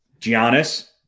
Giannis